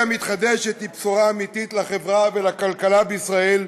אנרגיה מתחדשת היא בשורה אמיתית לחברה ולכלכלה בישראל.